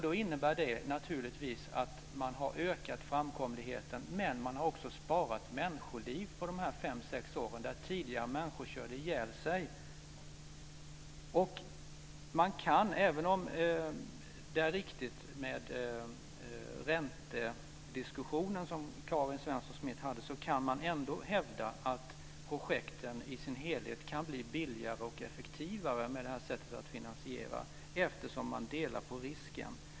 Det innebär naturligtvis att man har ökat framkomligheten. Men man har också på dessa fem sex år sparat människoliv på en väg där människor tidigare körde ihjäl sig. Även om Karin Svensson Smiths räntediskussion är riktig kan man hävda att projekten i sin helhet kan bli billigare och effektivare med det här sättet att finansiera, eftersom man delar på risken.